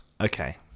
Okay